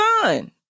son